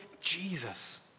Jesus